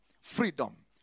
freedom